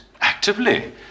Actively